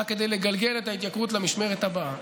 רק כדי לגלגל את ההתייקרות למשמרת הבאה,